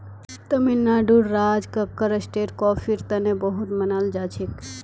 तमिलनाडुर राज कक्कर स्टेट कॉफीर तने बहुत मनाल जाछेक